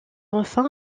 enfin